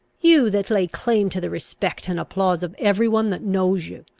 you that lay claim to the respect and applause of every one that knows you?